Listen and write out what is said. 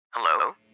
Hello